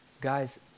Guys